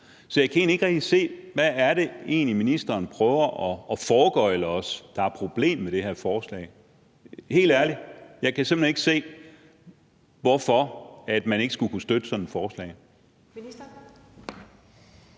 Så jeg kan egentlig ikke rigtig se, hvad det er, ministeren prøver at foregøgle os er problemet med det her forslag. Helt ærligt, jeg kan simpelt hen ikke se, hvorfor man ikke skulle kunne støtte sådan et forslag.